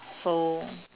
so